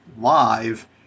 live